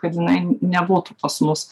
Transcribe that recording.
kad jinai nebūtų pas mus